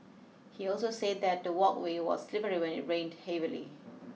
he also said that the walkway was slippery when it rained heavily